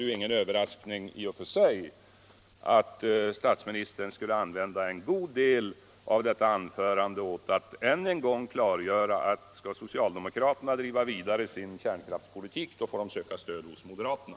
Det var inte heller någon överraskning att statsministern använde en god del av sitt anförande åt att än en gång klargöra att skall social demokraterna driva sin kärnkraftspolitik vidare så får de söka stöd hos moderaterna.